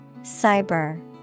Cyber